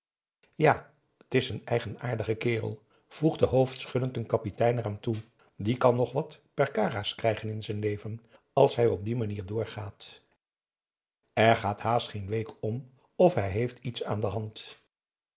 kletstafel ja t'is n eigenaardige kerel voegde hoofdschuddend n kapitein eraan toe die kan nog wat perkara's krijgen in z'n leven als hij op die manier doorgaat er gaat haast geen week om of hij heeft iets aan de hand